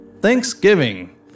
Thanksgiving